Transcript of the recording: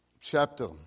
chapter